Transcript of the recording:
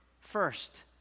first